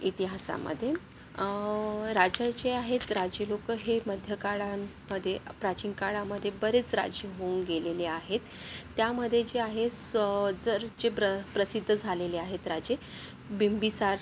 इतिहासामध्ये राजा जे आहेत राजे लोक हे मध्यकाळामध्ये प्राचीन काळामध्ये बरेच राजे होऊन गेलेले आहेत त्यामध्ये जे आहे स जरचे प्र प्रसिद्ध झालेले आहेत राजे बिंबिसार